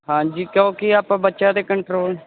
ਹਾਂਜੀ ਕਿਉਂਕਿ ਆਪਾਂ ਬੱਚਾ ਤੇ ਕੰਟਰੋਲ